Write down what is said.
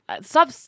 stop